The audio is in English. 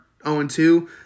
0-2